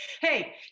Hey